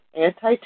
Anti